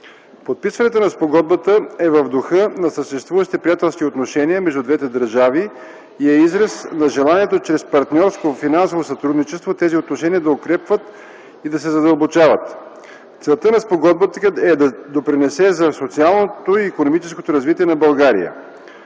Подписването на спогодбата е в духа на съществуващите приятелски отношения между двете държави и е израз на желанието чрез партньорско финансово сътрудничество тези отношения да укрепват и да се задълбочават. Целта на спогодбата е да допринесе за социалното и икономическото развитие на България.